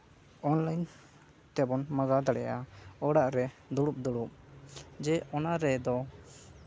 online ᱛᱮᱵᱚᱱ ᱢᱟᱜᱟᱣ ᱫᱟᱲᱮᱭᱟᱜᱼᱟ ᱚᱲᱟᱜ ᱨᱮ ᱫᱩᱲᱩᱵ ᱫᱩᱲᱩᱵ ᱡᱮ ᱚᱱᱟ ᱨᱮᱫᱚ